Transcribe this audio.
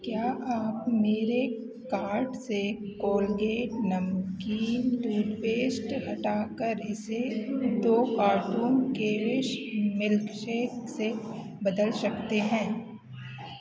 क्या आप मेरे कार्ट से कोलगेट नमकीन टूथपेस्ट हटाकर इसे दो कार्टून केवीश मिल्कशेक से बदल सकते हैं